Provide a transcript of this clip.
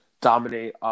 dominate